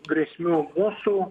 grėsmių mūsų